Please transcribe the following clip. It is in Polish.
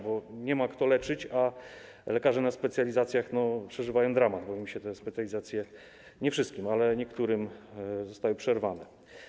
Bo nie ma kto leczyć, a lekarze na specjalizacjach przeżywają dramat, bo te specjalizacje im, nie wszystkim, ale niektórym, zostały przerwane.